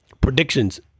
predictions